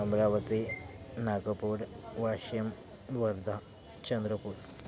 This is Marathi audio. अमरावती नागपूर वाशिम वर्धा चंद्रपूर